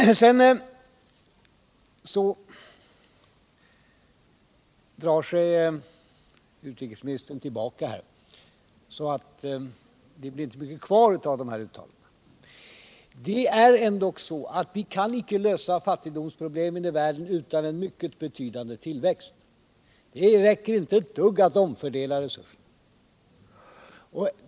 Utrikesministern drar sig nu tillbaka så att det inte blir mycket kvar av de här uttalandena. Det förhåller sig dock så att vi inte kan lösa fattigdomsproblemen i världen utan en mycket betydande tillväxt. Det räcker inte med en omfördelning av resurserna.